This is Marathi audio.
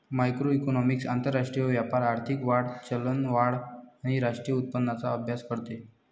मॅक्रोइकॉनॉमिक्स आंतरराष्ट्रीय व्यापार, आर्थिक वाढ, चलनवाढ आणि राष्ट्रीय उत्पन्नाचा अभ्यास करते